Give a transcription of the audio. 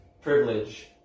privilege